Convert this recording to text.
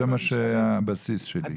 זה הבסיס שלי.